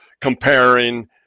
comparing